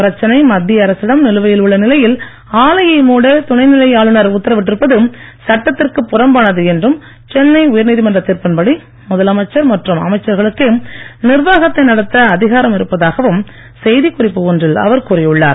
பிரச்சனை மத்திய அரசிடம் நிலுவையில் உள்ள நிலையில் ஆலையை மூட துணைநிலை ஆளுநர் உத்தரவிட்டிருப்பது சட்டத்திற்கு புறம்பானது என்றும் சென்னை உயர்நீதிமன்ற தீர்ப்பின்படி முதலமைச்சர் மற்றும் அமைச்சர்களுக்கே நிர்வாகத்தை நடத்த அதிகாரம் இருப்பதாகவும் செய்தி குறிப்பு ஒன்றில் அவர் கூறியுள்ளார்